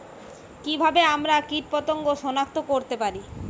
কিভাবে আমরা কীটপতঙ্গ সনাক্ত করতে পারি?